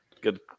good